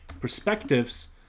perspectives